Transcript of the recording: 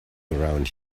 around